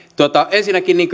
ensinnäkin